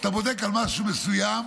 כשאתה בודק על משהו מסוים